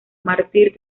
mártir